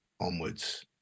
onwards